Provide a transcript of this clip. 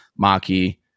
Maki